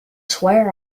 swear